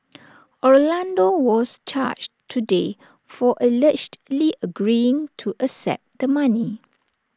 Orlando was charged today for allegedly agreeing to accept the money